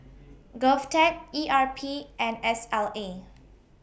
Govtech E R P and S L A